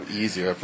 easier